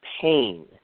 pain